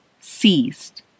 ceased